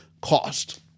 cost